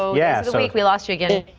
so yeah so like we lost you get